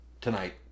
tonight